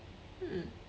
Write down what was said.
mm